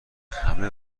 همه